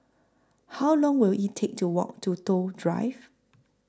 How Long Will IT Take to Walk to Toh Drive